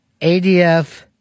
ADF